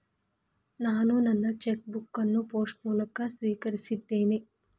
ನಾನು ನನ್ನ cheque book ಅನ್ನು ಪೋಸ್ಟ್ ಮೂಲಕ ಸ್ವೀಕರಿಸಿದ್ದೇನೆ